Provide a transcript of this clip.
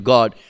God